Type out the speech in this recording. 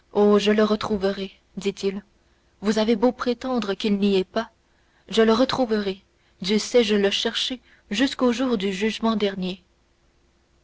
je le retrouverai dit-il vous avez beau prétendre qu'il n'y est pas je le retrouverai dussé-je le chercher jusqu'au jour du jugement dernier